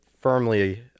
firmly